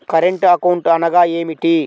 Current account అనగా ఏమిటి?